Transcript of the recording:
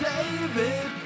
David